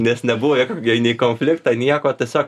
nes nebuvo jokio nei konflikto nieko tiesiog